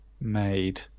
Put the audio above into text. made